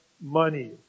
money